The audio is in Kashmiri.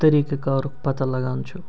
طریٖقہٕ کارُک پتاہ لگان چھُ